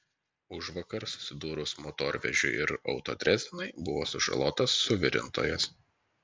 užvakar susidūrus motorvežiui ir autodrezinai buvo sužalotas suvirintojas